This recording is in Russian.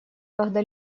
когда